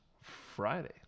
Friday